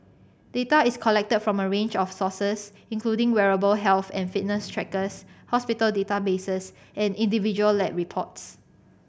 data is collected from a range of sources including wearable health and fitness trackers hospital databases and individual lab reports